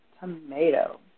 tomato